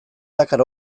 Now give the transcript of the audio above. dakar